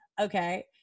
okay